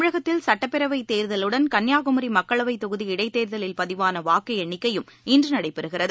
தமிழகத்தில் சட்டப்பேரவை தேர்தலுடன் கன்னியாகுமரி மக்களவை தொகுதி இடைத்தேர்தலில் பதிவான வாக்கு எண்ணிக்கையும் இன்று நடைபெறுகிறது